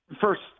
first